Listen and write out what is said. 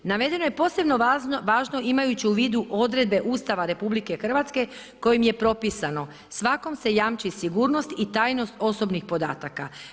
Navedeno je posebno važno imajući u vidu odredbe Ustava RH kojim je propisano svakom se jamči sigurnost i tajnost osobnih podataka.